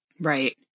Right